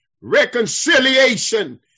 reconciliation